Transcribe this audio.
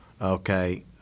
okay